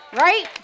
Right